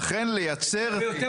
נשאר רק